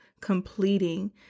completing